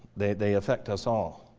they they affect us all.